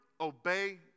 obey